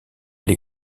les